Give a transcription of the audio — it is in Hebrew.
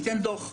ניתן דוח.